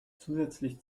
zusätzlich